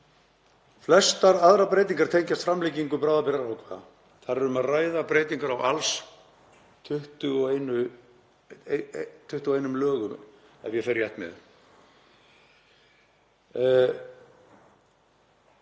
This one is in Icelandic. Flestar aðrar breytingar tengjast framlengingu bráðabirgðaákvæða. Þar er um að ræða breytingar á alls 21 lögum, ef ég fer rétt með.